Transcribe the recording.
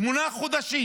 שמונה חודשים